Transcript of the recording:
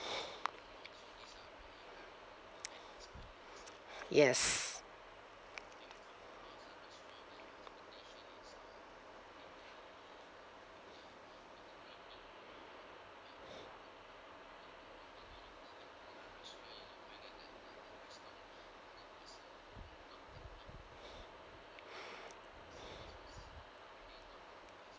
yes